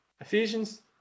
Ephesians